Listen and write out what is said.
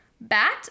Bat